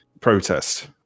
protest